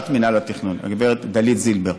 הגב' דלית זילבר,